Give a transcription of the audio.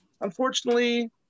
unfortunately